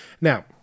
Now